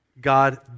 God